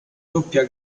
doppia